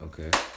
Okay